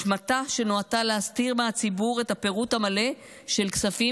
השמטה שנועדה להסתיר מהציבור את הפירוט המלא של כספים